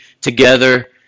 together